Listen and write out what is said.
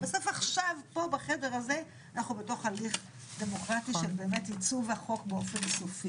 בסוף עכשיו פה בחדר הזה אנחנו בהליך דמוקרטי של עיצוב החוק באופן סופי.